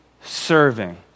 serving